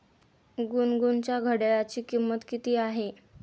गुनगुनच्या घड्याळाची किंमत किती आहे?